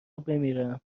بمیرم